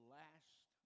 last